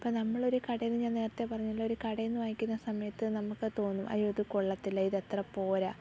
ഇപ്പം നമ്മളൊരു കടയിൽനിന്ന് ഞാൻ നേരത്തെ പറഞ്ഞല്ലോ ഒരു കടയിൽനിന്ന് വാങ്ങിക്കുന്ന സമയത്ത് നമുക്ക് തോന്നും അയ്യോ ഇത് കൊള്ളത്തില്ല ഇതത്ര പോര